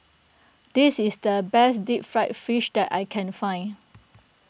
this is the best Deep Fried Fish that I can find